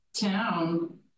town